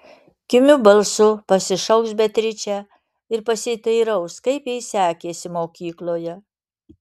kimiu balsu pasišauks beatričę ir pasiteiraus kaip jai sekėsi mokykloje